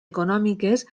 econòmiques